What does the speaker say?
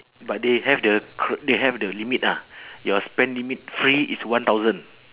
but they have the cr~ they have the limit ah your spend limit free is one thousand